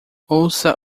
ouça